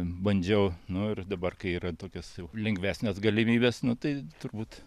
bandžiau nu ir dabar kai yra tokios jau lengvesnės galimybės nu tai turbūt